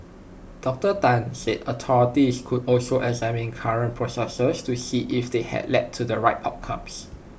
Doctor Tan said authorities could also examine current processes to see if they have led to the right outcomes